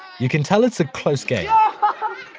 you can tell it's a close game. ah